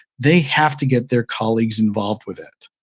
they have to get their colleagues involved with it.